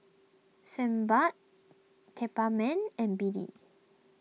Sebamed and B D